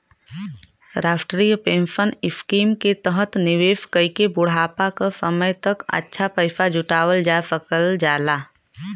राष्ट्रीय pension scheme के तहत निवेश कइके बुढ़ापा क समय तक अच्छा पैसा जुटावल जा सकल जाला